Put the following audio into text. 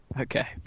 Okay